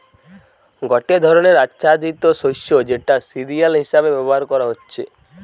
গটে ধরণের আচ্ছাদিত শস্য যেটা সিরিয়াল হিসেবে ব্যবহার করা হতিছে